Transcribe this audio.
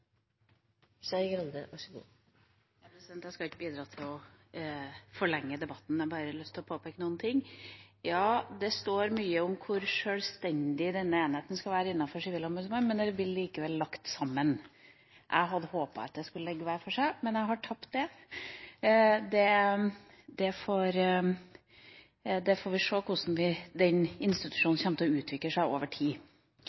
Skei Grande har gode poenger når det gjelder dette med enkeltpersoner, og at det også bør reflekteres i det arbeidet som nå skal skje i den arbeidsgruppen som skal jobbe utover høsten. Jeg skal ikke bidra til å forlenge debatten, men jeg har bare lyst til å påpeke noen ting. Ja, det står mye om hvor «selvstendig» denne enheten skal være innenfor Sivilombudsmannen, men det blir likevel lagt sammen. Jeg hadde håpet at dette skulle ligge hver for seg,